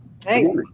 Thanks